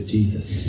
Jesus